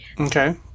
Okay